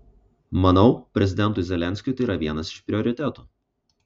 manau prezidentui zelenskiui tai yra vienas iš prioritetų